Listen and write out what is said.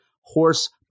horse